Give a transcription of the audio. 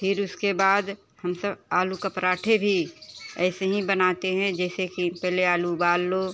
फिर उसके बाद हम सब आलू का पराठे भी ऐसे ही बनाते हैं जैसे कि पहले आलू उबाल लो